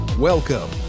Welcome